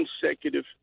consecutive